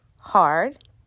Hard